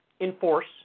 enforce